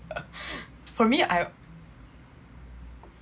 for me I